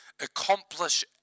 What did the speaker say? accomplish